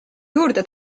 juurde